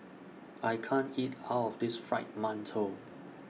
I can't eat All of This Fried mantou